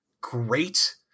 great